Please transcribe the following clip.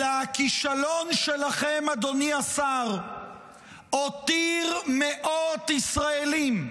אלא הכישלון שלכם, אדוני השר, הותיר מאות ישראלים,